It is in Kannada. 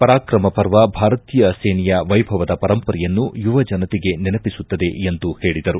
ಪರಾಕ್ರಮ ಪರ್ವ ಭಾರತೀಯ ಸೇನೆಯ ವೈಭವದ ಪರಂಪರೆಯನ್ನು ಯುವಜನತೆಗೆ ನೆನಪಿಸುತ್ತದೆ ಎಂದು ಹೇಳಿದರು